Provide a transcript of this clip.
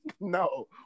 no